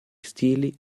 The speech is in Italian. stili